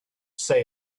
say